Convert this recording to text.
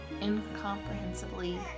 incomprehensibly